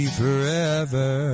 forever